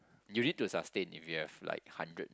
you need to sustain if you have like hundred